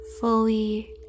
fully